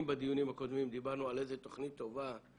אם בדיונים הקודמים דיברנו על איזו תוכנית טובה,